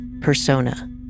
persona